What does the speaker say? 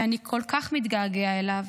שאני כל כך מתגעגע אליו,